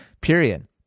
period